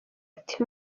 ati